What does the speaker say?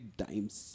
times